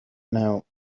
now